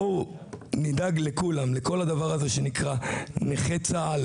אז מה התנאי הראשון כדי להיכנס לבית החם?